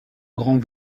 grands